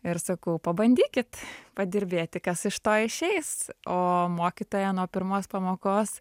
ir sakau pabandykit padirbėti kas iš to išeis o mokytoja nuo pirmos pamokos